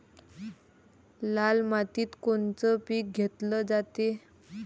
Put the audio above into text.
लाल मातीत कोनचं पीक घेतलं जाते?